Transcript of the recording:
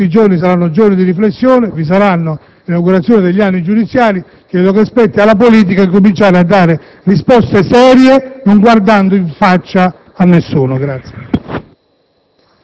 prossimi saranno giorni di riflessione, vi saranno le inaugurazioni dell'anno giudiziario: credo spetti alla politica cominciare a dare risposte serie, non guardando in faccia a nessuno.